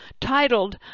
titled